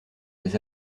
des